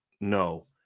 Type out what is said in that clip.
No